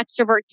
extrovert